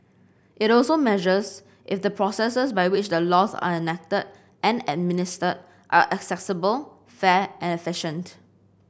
it also measures if the processes by which the laws are enacted and administered are accessible fair and efficient